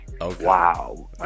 wow